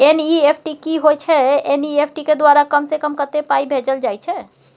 NEFT की होय छै एन.ई.एफ.टी के द्वारा कम से कम कत्ते पाई भेजल जाय छै?